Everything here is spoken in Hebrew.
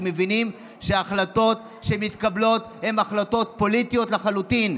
כי מבינים שההחלטות שמתקבלות הן החלטות פוליטיות לחלוטין.